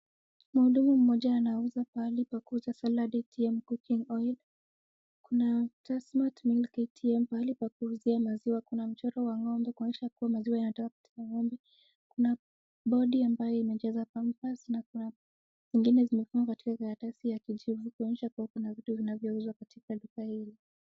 Mhudumu mmoja anauza pahali pa kuuza salad eti ya cooking oil . Kuna Tazmart Milk ATM pahali pa kuuzia maziwa. Kuna mchoro wa ng'ombe kuonyesha kuwa maziwa inatoka katika ng'ombe. Kuna boardi ambayo imejaa za pampers na kuna zingine zimefungwa katika karatasi ya kijivu kuonyesha kuwa kuna vitu vinavyouzwa katika duka hili.